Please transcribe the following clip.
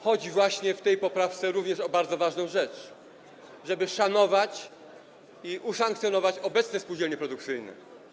Chodzi w tej poprawce również o bardzo ważną rzecz, żeby szanować i usankcjonować obecne spółdzielnie produkcyjne.